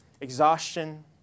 exhaustion